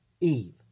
Eve